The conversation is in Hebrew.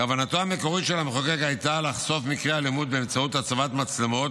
כוונתו המקורית של המחוקק הייתה לחשוף מקרי אלימות באמצעות הצבת מצלמות,